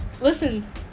Listen